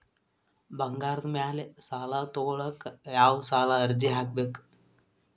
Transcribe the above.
ಬಂಗಾರದ ಮ್ಯಾಲೆ ಸಾಲಾ ತಗೋಳಿಕ್ಕೆ ಯಾವ ಸಾಲದ ಅರ್ಜಿ ಹಾಕ್ಬೇಕು?